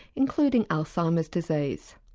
including alzheimer's disease.